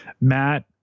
Matt